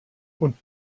und